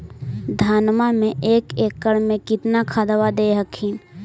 धनमा मे एक एकड़ मे कितना खदबा दे हखिन?